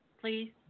please